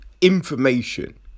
information